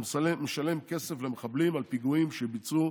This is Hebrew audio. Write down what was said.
שמשלם כסף למחבלים על פיגועים שבוצעו,